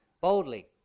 boldly